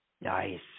Nice